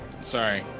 Sorry